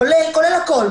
כולל הכול,